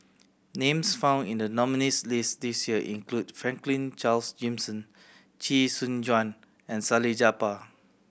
names found in the nominees' list this year include Franklin Charles Gimson Chee Soon Juan and Salleh Japar